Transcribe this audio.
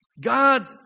God